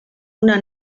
una